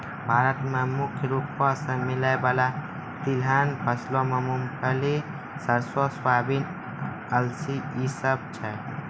भारत मे मुख्य रूपो से मिलै बाला तिलहन फसलो मे मूंगफली, सरसो, सोयाबीन, अलसी इ सभ छै